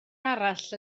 arall